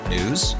News